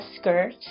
skirt